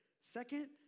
Second